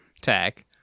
tag